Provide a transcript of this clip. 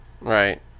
Right